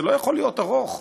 זה לא יכול להיות ארוך,